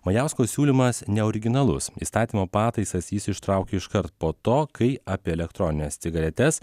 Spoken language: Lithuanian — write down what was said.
majausko siūlymas neoriginalus įstatymo pataisas jis ištraukė iškart po to kai apie elektronines cigaretes